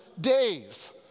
days